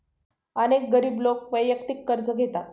अनेक गरीब लोक वैयक्तिक कर्ज घेतात